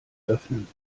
öffnen